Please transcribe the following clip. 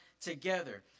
together